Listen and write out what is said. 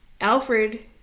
alfred